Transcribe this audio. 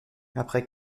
après